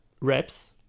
reps